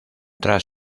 tras